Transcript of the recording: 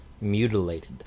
mutilated